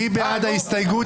מי בעד ההסתייגות?